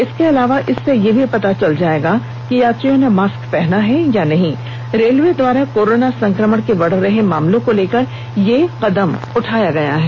इसके अलावा इससे यह भी पता चल जाएगा कि यात्रियों ने मास्क पहना है या नहीं रेलवे द्वारा कोरोना संक्रमण के बढ़ रहे मामलों को लेकर यह कदम उठाया है